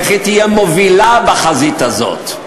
איך היא תהיה מובילה בחזית הזאת.